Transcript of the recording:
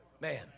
man